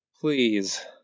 Please